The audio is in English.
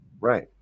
right